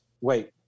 wait